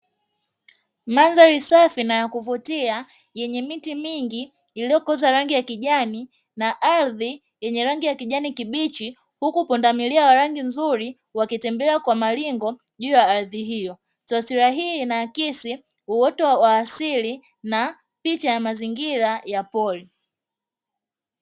Mandhari safi na ya kuvutia yenye miti mingi iliyokoza rangi ya kijani na ardhi yenye rangi ya kijani kibichi, huku pundamilia wa rangi nzuri wakitembea kwa maringo juu ya ardhi hiyo, taswira hii inaakisi uoto wa aili na picha ya mazingira ya pori.